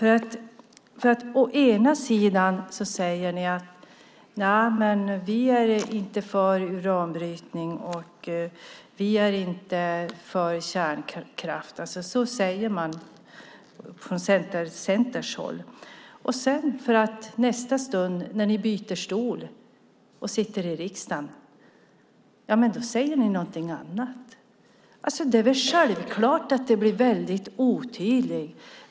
Å ena sidan säger ni: Nja, men vi är inte för uranbrytning, och vi är inte för kärnkraft. Så säger man från Centerns håll. I nästa stund, när ni byter stol och sitter i riksdagen, säger ni någonting annat. Det är självklart att det blir väldigt otydligt.